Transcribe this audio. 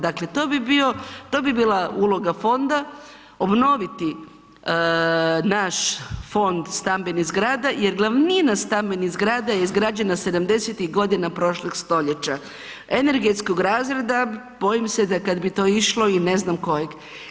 Dakle, to bi bila uloga fonda, obnoviti naš fond stambenih zgrada jer glavnina stambenih zgrada je izgrađenih 70-ih godina prošlog stoljeća, energetskog razreda bojim se da kad bi to išlo i ne znam kojeg.